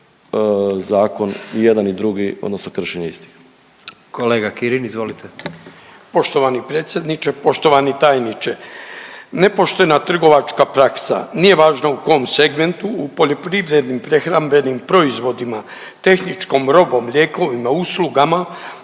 zakon i jedan i drugi odnosno kršenje istih. **Jandroković, Gordan (HDZ)** Kolega Kirin, izvolite. **Kirin, Ivan (HDZ)** Poštovani predsjedniče, poštovani tajniče. Nepoštena trgovačka praksa, nije važna u kom segmentu, u poljoprivrednim prehrambenim proizvodima, tehničkom robom, lijekovima, uslugama,